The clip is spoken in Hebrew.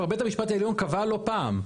כבר בית המשפט העליון קבע לא פעם,